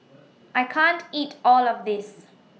I can't eat All of This